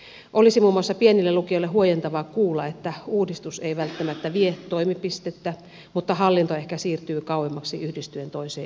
olisi muun muassa pienille lukioille huojentavaa kuulla että uudistus ei välttämättä vie toimipistettä mutta hallinto ehkä siirtyy kauemmaksi yhdistyen toiseen yksikköön